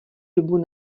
dobu